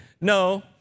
no